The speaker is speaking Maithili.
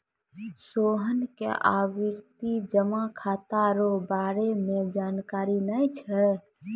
सोहन के आवर्ती जमा खाता रो बारे मे जानकारी नै छै